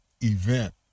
event